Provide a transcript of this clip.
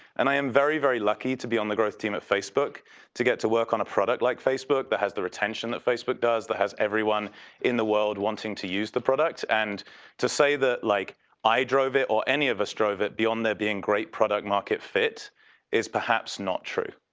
and i am very, very lucky to be on the growth team at facebook to get to work on a product like facebook that has the retention that facebook does. that has everyone in the world wanting to use the product and to say that, like i drove it or any of us drove it beyond their being great product market fit is perhaps not true.